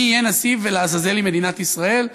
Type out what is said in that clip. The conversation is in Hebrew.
אני אהיה נשיא ולעזאזל עם מדינת ישראל,